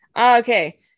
Okay